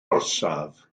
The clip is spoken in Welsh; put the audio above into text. orsaf